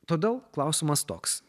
todėl klausimas toks